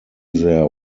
their